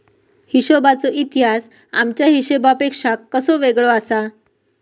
हिशोबाचो इतिहास आजच्या हिशेबापेक्षा कसो वेगळो आसा?